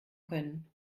können